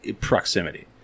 proximity